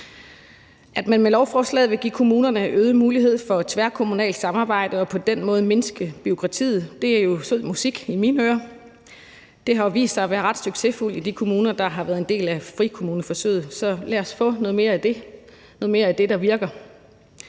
At man med lovforslaget vil give kommunerne øget mulighed for tværkommunalt samarbejde og på den måde mindske bureaukratiet, er jo sød musik i mine ører. Det har vist sig at være ret succesfuldt i de kommuner, der har været en del af frikommuneforsøget, så lad os få noget mere af det – noget